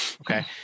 Okay